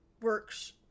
works